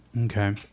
Okay